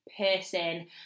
person